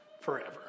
forever